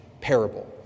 parable